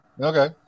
Okay